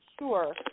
sure